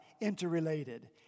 interrelated